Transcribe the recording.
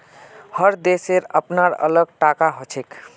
हर देशेर अपनार अलग टाका हछेक